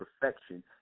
perfection